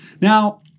now